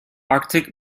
arctic